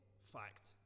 Fact